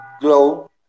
glow